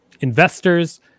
investors